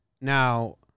now